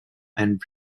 and